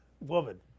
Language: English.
Woman